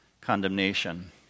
condemnation